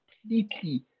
completely